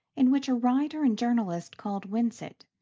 in which a writer and journalist called winsett,